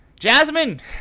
Jasmine